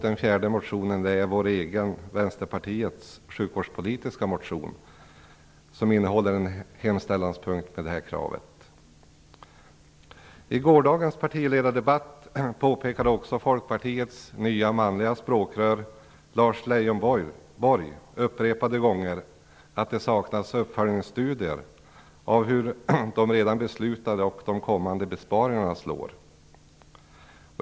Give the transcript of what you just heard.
Den fjärde motionen är Vänsterpartiets sjukvårdspolitiska motion, som innehåller en hemställanspunkt med detta krav. I gårdagens partiledardebatt påpekade Folkpartiets nya manliga språkrör Lars Leijonborg upprepade gånger att det saknas uppföljningsstudier av hur de redan beslutade och kommande besparingarna slår.